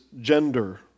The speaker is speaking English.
gender